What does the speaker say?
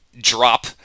drop